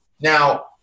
Now